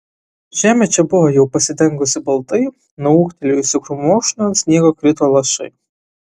žemė čia buvo jau pasidengusi baltai nuo ūgtelėjusių krūmokšnių ant sniego krito lašai